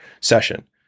session